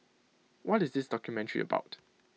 what is this documentary about